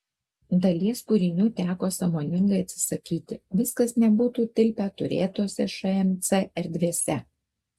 dalies kūrinių teko sąmoningai atsisakyti viskas nebūtų tilpę turėtose šmc erdvėse